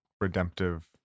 redemptive